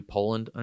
Poland